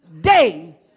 day